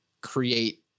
create